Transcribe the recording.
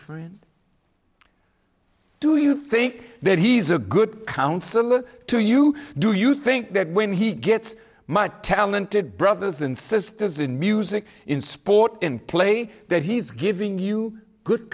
friend do you think that he's a good counselor to you do you think that when he gets much talented brothers and sisters in music in sport and play that he's giving you good